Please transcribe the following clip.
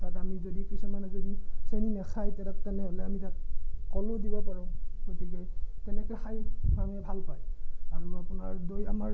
তাত আমি যদি কিছুমানে যদি চেনি নাখায় তেনেহ'লে আমি তাত কলো দিব পাৰোঁ গতিকে তেনেকে খাই মানুহে ভাল পায় আৰু আপোনাৰ দৈ আমাৰ